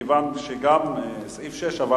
מכיוון שגם לסעיף 6 אין